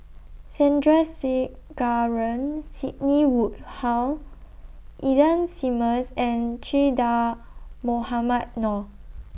Sandrasegaran Sidney Woodhull Ida Simmons and Che Dah Mohamed Noor